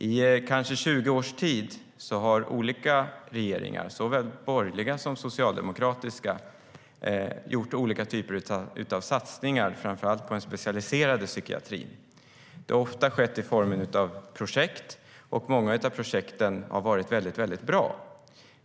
I kanske 20 års tid har olika regeringar, såväl borgerliga som socialdemokratiska, gjort olika typer av satsningar, framför allt på den specialiserade psykiatrin. Det har ofta skett i form av projekt, och många av projekten har varit mycket bra.